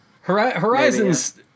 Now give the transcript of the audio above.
Horizons